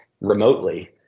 remotely